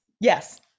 yes